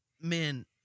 man